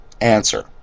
Answer